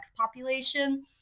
population